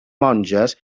monges